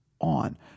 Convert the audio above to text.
on